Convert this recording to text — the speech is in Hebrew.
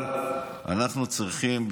אבל אנחנו צריכים,